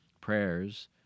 prayers